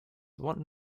one